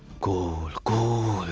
cool! cool!